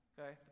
Okay